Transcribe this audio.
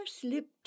slipped